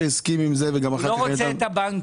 האוצר הסכים עם זה וגם אחר כך --- הוא לא רוצה את הבנקים.